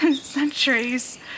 Centuries